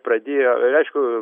pradėjo aišku